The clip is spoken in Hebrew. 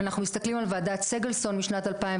אנחנו מסתכלים על וועדת סגלסון משנת 2001